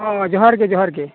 ᱦᱮᱸ ᱡᱚᱦᱟᱨᱜᱮ ᱡᱚᱦᱟᱨᱜᱮ